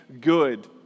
good